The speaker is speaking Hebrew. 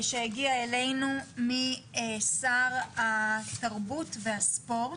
שהגיע אלינו משר התרבות והספורט.